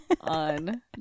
On